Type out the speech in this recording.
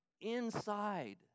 inside